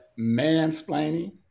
mansplaining